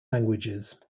languages